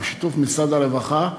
ובשיתוף משרד הרווחה,